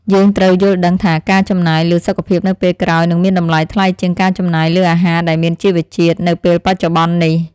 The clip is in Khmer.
យើងត្រូវយល់ដឹងថាការចំណាយលើសុខភាពនៅពេលក្រោយនឹងមានតម្លៃថ្លៃជាងការចំណាយលើអាហារដែលមានជីវជាតិនៅពេលបច្ចុប្បន្ននេះ។